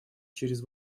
через